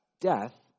death